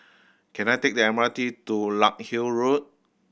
can I take the M R T to Larkhill Road